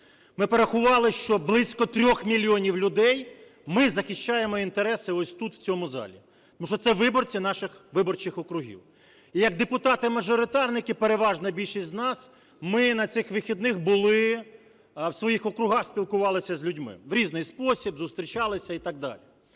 Ми порахували, що близько 3 мільйонів людей ми за захищаємо інтереси ось тут, в цьому залі, тому що це виборці наших виборчих округів. І, як депутати-мажоритарники, переважна більшість з нас, ми на цих вихідних були у своїх округах, спілкувалися з людьми, в різний спосіб, зустрічалися і так далі.